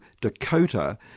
Dakota